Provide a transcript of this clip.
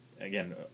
again